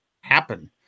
happen